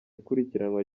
ikurikiranwa